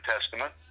Testament